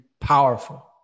Powerful